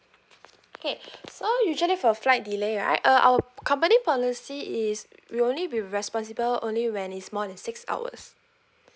okay so usually for flight delay right uh our company policy is we only be responsible only when is more than six hours